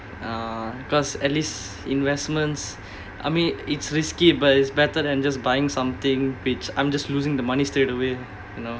ya because at least investments I mean it's risky but it's better than just buying something which I'm just losing the money straight away you know